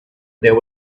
there